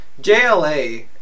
JLA